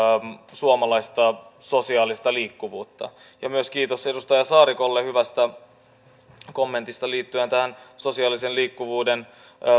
suomalaista sosiaalista liikkuvuutta myös kiitos edustaja saarikolle hyvästä kommentista liittyen tähän sosiaalisen liikkuvuuden